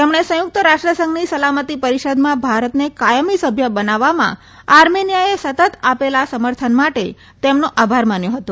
તેમણે સંયુક્ત રાષ્ટ્ર સંઘની સલામતી પરિષદમાં ભારતને કાયમી સભ્ય બનાવવામાં આર્મેનિયાએ સતત આપેલા સમર્થન માટે તેમનો આભાર માન્યો હતો